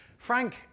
Frank